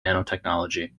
nanotechnology